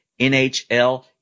NHL